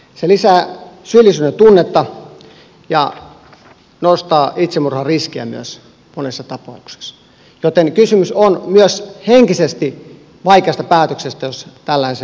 se lisää syyllisyydentunnetta ja nostaa itsemurhariskiä myös monessa tapauksessa joten kysymys on myös henkisesti vaikeasta päätöksestä jos tällaiseen lähtee